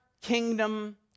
kingdom